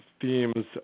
themes